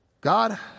God